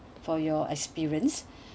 for your experience